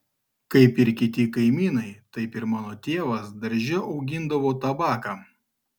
kaip ir kiti kaimynai taip ir mano tėvas darže augindavo tabaką